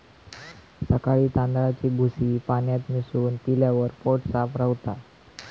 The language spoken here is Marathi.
सकाळी तांदळाची भूसी पाण्यात मिसळून पिल्यावर पोट साफ रवता